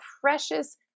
precious